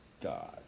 God